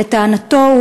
ולטענתו,